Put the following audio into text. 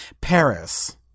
Paris